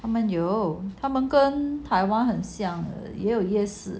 他们有他们跟 taiwan 很像的也有夜市